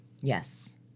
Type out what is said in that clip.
Yes